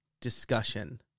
discussion